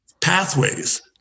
pathways